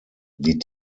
die